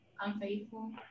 Unfaithful